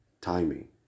timing